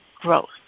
growth